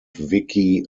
vicki